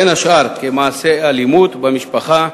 בין השאר מעשי אלימות במשפחה,